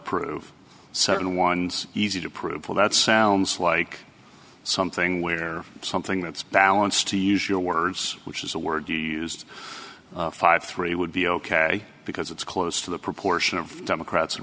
prove certain ones easy to prove well that sounds like something where something that's balanced to use your words which is a word you used five three would be ok because it's close to the proportion of democrats and